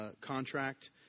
contract